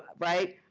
right?